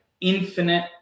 infinite